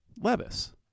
Levis